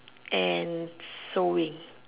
and sewing